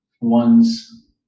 one's